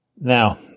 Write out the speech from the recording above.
Now